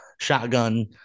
shotgun